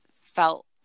felt